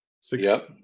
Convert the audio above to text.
six